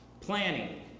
Planning